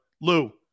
Lou